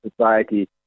society